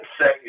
say